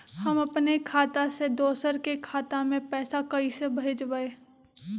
हम अपने खाता से दोसर के खाता में पैसा कइसे भेजबै?